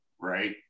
right